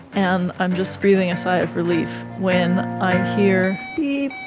and i'm just breathing a sigh of relief when i hear beep,